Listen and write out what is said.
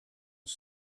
was